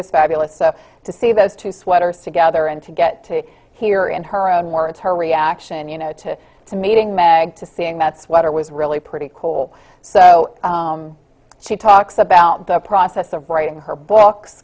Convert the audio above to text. is fabulous so to see those two sweaters together and to get to hear in her own words her reaction you know to to meeting meg to seeing that sweater was really pretty cool so she talks about the process of writing her books